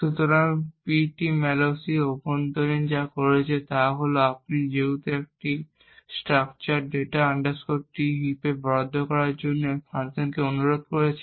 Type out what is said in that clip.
সুতরাং Ptmalloc অভ্যন্তরীণভাবে যা করেছে তা হল যে আপনি যেহেতু একটি স্ট্রাকচার data T হিপে বরাদ্দ করার জন্য ফাংশনকে অনুরোধ করেছেন